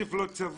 ככסף לא צבוע,